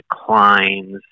declines